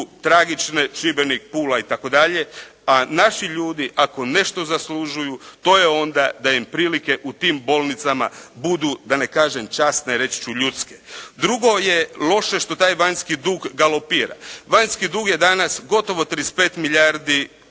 tragične, Šibenik, Pula itd., a naši ljudi ako nešto zaslužuju to je onda da im prilike u tim bolnicama budu da ne kažem časne, reći ću ljudske. Drugo je loše što taj vanjski dug galopira. Vanjski dug je danas gotovo 35 milijardi